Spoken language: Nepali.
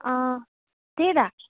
अँ त्यही त